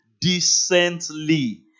decently